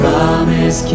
Promise